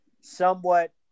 somewhat